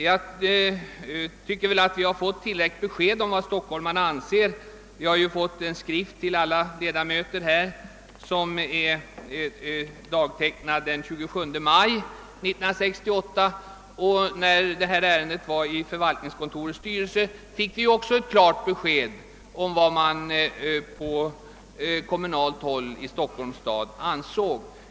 Vi har enligt min mening fått tillräckligt besked om vad stockholmarna anser. En skrift från stadskollegiet dagtecknad den 27 maj 1968 har delats ut. När ärendet var uppe i förvaltningskontorets styrelse fick vi också ett klart besked om vad man på kommunalt håll i Stockholms stad då ansåg.